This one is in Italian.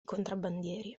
contrabbandieri